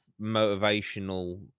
motivational